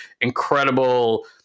incredible